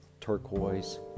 turquoise